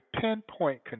pinpoint